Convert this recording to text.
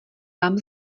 vám